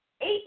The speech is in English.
eight